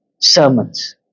sermons